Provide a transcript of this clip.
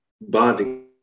bonding